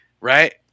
right